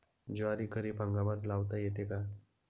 ज्वारी खरीप हंगामात लावता येते का?